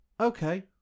okay